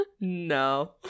no